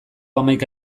hamaika